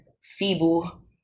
feeble